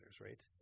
right